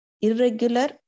irregular